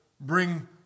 bring